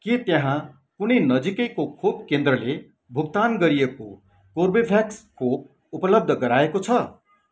के त्यहाँ कुनै नजिकैको खोप केन्द्रले भुक्तान गरिएको कर्बेभ्याक्स खोप उपलब्ध गराएको छ